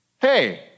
Hey